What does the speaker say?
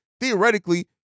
theoretically